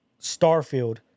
Starfield